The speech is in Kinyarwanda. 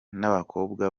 n’abakobwa